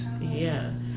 Yes